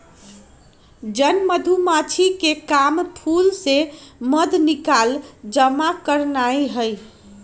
जन मधूमाछिके काम फूल से मध निकाल जमा करनाए हइ